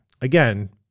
again